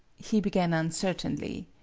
he began uncertainly,